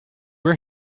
were